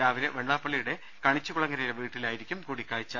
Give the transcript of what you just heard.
രാവിലെ വെള്ളാപ്പള്ളിയുടെ കണിച്ചുകുളങ്ങരയിലെ വീട്ടിലായിരിക്കും കൂടിക്കാഴ്ച